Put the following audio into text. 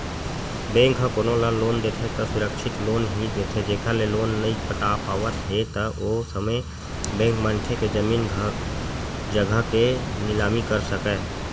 bank ह कोनो ल लोन देथे त सुरक्छित लोन ही देथे जेखर ले लोन नइ पटा पावत हे त ओ समे बेंक मनखे के जमीन जघा के निलामी कर सकय